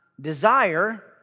desire